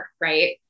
right